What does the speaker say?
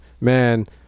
man